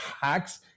hacks